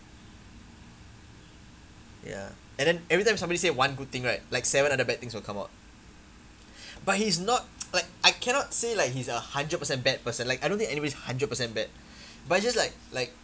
ya and then everytime somebody say one good thing right like seven other bad things will come out but he's not like I cannot say like he's a hundred percent bad person like I don't think anybody hundred percent bad but it's just like like